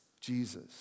Jesus